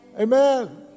Amen